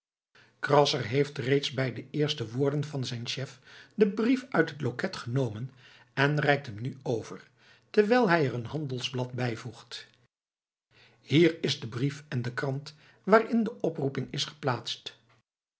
krasser heeft reeds bij de eerste woorden van zijn chef den brief uit het loket genomen en reikt hem nu over terwijl hij er een handelsblad bijvoegt hier is de brief en de krant waarin de oproeping is geplaatst